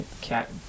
Cat